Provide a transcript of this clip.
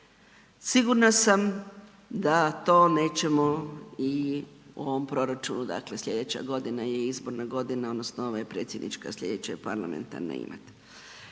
sigurna sam da to nećemo i u ovom proračunu, dakle slijedeća godina je izborna godina odnosno ovo je predsjednička, slijedeća je parlamentarna, imat.